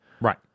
Right